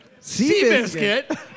Seabiscuit